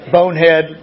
Bonehead